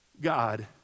God